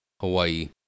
Hawaii